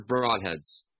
Broadheads